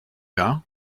hein